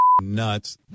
nuts